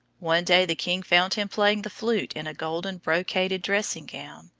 one day the king found him playing the flute in a gold-brocaded dressing-gown.